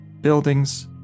buildings